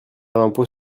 l’impôt